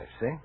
see